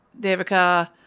Devika